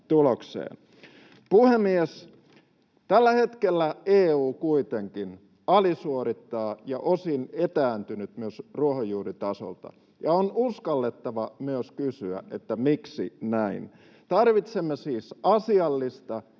tulokseen. Puhemies! Tällä hetkellä EU kuitenkin alisuorittaa ja on osin myös etääntynyt ruohonjuuritasolta, ja on uskallettava myös kysyä, miksi näin. Tarvitsemme siis asiallista